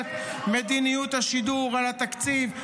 לקביעת מדיניות השידור ולתקציב,